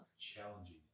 Challenging